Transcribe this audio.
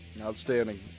Outstanding